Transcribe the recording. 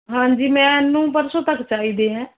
ਹਾਂਜੀ ਮੈਂਨੂੰ ਪਰਸੋਂ ਤੱਕ ਚਾਹੀਦੇ ਹੈ